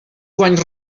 guanys